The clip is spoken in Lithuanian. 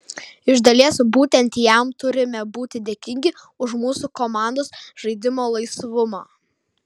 iš dalies būtent jam turime būti dėkingi už mūsų komandos žaidimo laisvumą